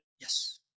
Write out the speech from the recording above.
Yes